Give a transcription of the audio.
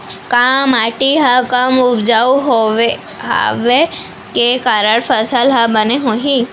का माटी हा कम उपजाऊ होये के कारण फसल हा बने होही?